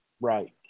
Right